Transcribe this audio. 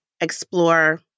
explore